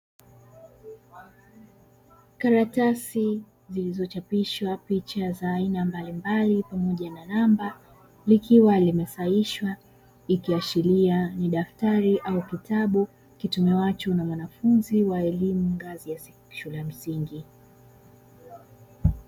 Karatasi zilizochapishwa picha za aina mbalimbali pamoja na namba likiwa limesahihishwa ikiashiria ni daftari au kitabu kitumiwacho na mwanafunzi wa elimu ngazi ya shule ya msingi.